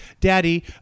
Daddy